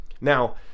Now